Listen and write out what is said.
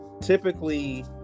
typically